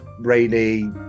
rainy